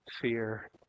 fear